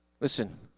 Listen